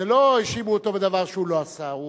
זה, לא האשימו אותו בדבר שהוא לא עשה.